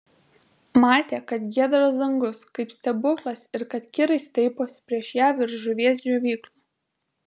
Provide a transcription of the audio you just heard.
matė kad giedras dangus kaip stebuklas ir kad kirai staiposi prieš ją virš žuvies džiovyklų